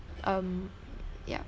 um yup